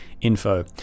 info